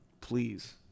please